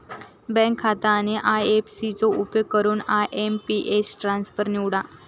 bank खाता आणि IFC चो उपयोग करून आय.एम.पी.एस ट्रान्सफर निवडा